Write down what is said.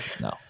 no